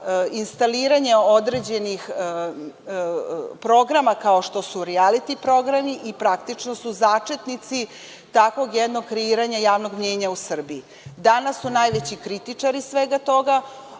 instaliranje određenih programa, kao što su rijaliti programi i praktično su začetnici takvog jednog kreiranja javnom mnjenja u Srbiji. Danas su najveći kritičari svega toga,